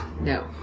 No